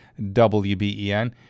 WBEN